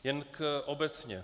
Jen obecně.